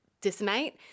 decimate